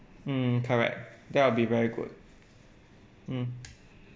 mm correct that will be very good mm